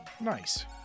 Nice